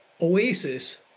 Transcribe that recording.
oasis